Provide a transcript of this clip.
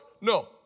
No